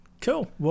Cool